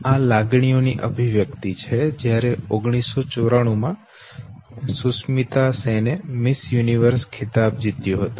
આ લાગણીઓ ની અભિવ્યક્તિ છે જ્યારે 1994 માં સુષ્મિતા સેને મિસ યુનિવર્સ ખિતાબ જીત્યું હતું